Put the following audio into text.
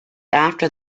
after